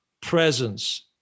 presence